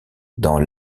dans